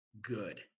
good